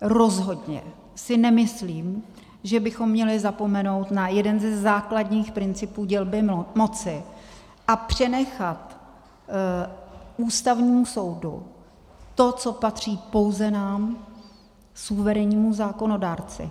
Rozhodně si nemyslím, že bychom měli zapomenout na jeden ze základních principů dělby moci a přenechat Ústavnímu soudu to, co patří pouze nám, suverénnímu zákonodárci.